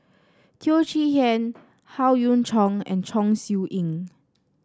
Teo Chee Hean Howe Yoon Chong and Chong Siew Ying